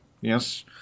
Yes